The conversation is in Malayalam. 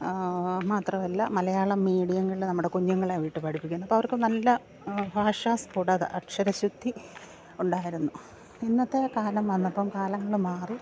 മാത്രമല്ല മലയാളം മീഡിയങ്ങളില് നമ്മുടെ കുഞ്ഞുങ്ങളെ വിട്ട് പഠിപ്പിക്കുന്നു അപ്പോള് അവർക്ക് നല്ല ഭാഷാ സ്പുടത അക്ഷര ശുദ്ധി ഉണ്ടായിരുന്നു ഇന്നത്തെ കാലം വന്നപ്പോള് കാലങ്ങള് മാറി